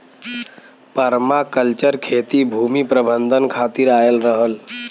permaculture खेती भूमि प्रबंधन खातिर आयल रहल